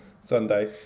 Sunday